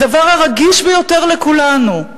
הדבר הרגיש ביותר לכולנו,